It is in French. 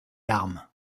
larmes